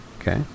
Okay